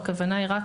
הכוונה היא רק